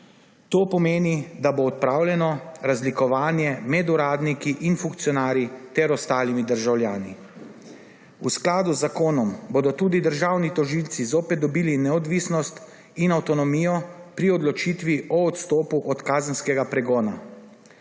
To pomeni, da bo odpravljeno razlikovanje med uradniki in funkcionarji ter ostalimi državljani. V skladu z zakonom bodo tudi državni tožilci zopet dobili neodvisnost in avtonomijo pri odločitvi o odstopu od kazenskega pregona.